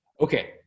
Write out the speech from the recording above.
okay